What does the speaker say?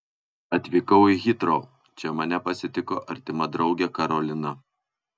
atvykau į hitrou čia mane pasitiko artima draugė karolina